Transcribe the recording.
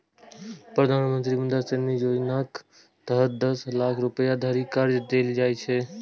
प्रधानमंत्री मुद्रा ऋण योजनाक तहत दस लाख रुपैया धरि कर्ज देल जाइ छै